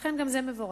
לכן גם זה מבורך.